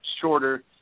shorter